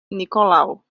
nikolao